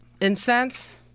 incense